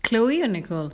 chloe and nicole